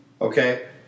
Okay